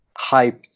hyped